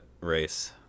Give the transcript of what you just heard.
race